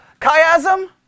chiasm